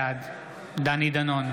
בעד דני דנון,